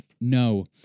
No